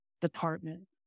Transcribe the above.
department